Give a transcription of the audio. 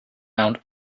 mount